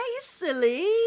silly